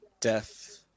Death